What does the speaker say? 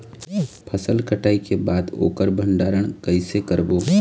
फसल कटाई के बाद ओकर भंडारण कइसे करबो?